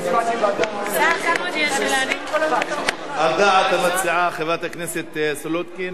על דעת המציעה חברת הכנסת סולודקין,